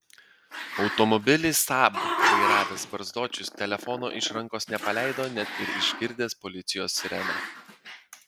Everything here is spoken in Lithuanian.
automobilį saab vairavęs barzdočius telefono iš rankos nepaleido net ir išgirdęs policijos sireną